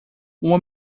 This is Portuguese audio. uma